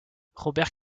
robert